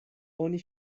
oni